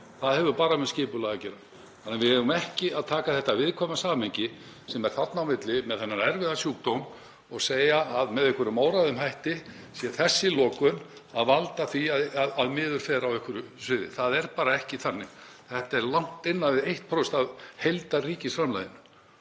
Það hefur bara með skipulag að gera. Við eigum ekki að taka þetta viðkvæma samhengi sem er þarna á milli, með þennan erfiða sjúkdóm, og segja að með einhverjum óræðum hætti valdi þessi lokun því að miður fer á einhverju sviði. Það er bara ekki þannig. Þetta er langt innan við 1% af heildarríkisframlaginu